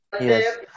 Yes